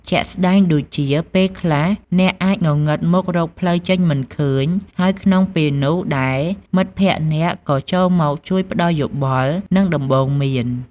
ជាក់ស្ដែងដូចជា ពេលខ្លះ អ្នកអាចងងឹតមុខរកផ្លូវចេញមិនឃើញ ហើយក្នុងពេលនោះដែរមិត្តភក្ដិអ្នកក៏ចូលមកជួយផ្តល់យោបល់ និងដំបូន្មាន ។